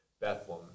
Bethlehem